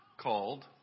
called